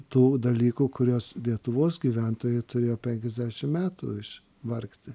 tų dalykų kuriuos lietuvos gyventojai turėjo penkiasdešim metų išvargti